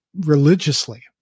religiously